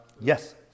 Yes